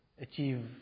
achieve